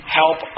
help